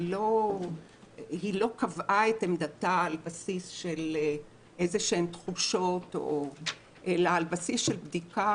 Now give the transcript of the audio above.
היא לא קבעה את עמדתה על בסיס של איזשהן תחושות אלא על בסיס של בדיקה,